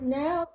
now